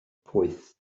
pwyth